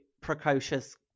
precocious